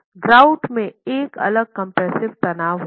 grout में एक अलग कम्प्रेस्सिव तनाव होगा